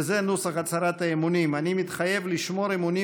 וזה נוסח הצהרת האמונים: "אני מתחייב לשמור אמונים